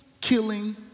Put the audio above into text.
killing